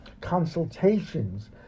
consultations